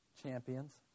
champions